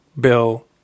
bill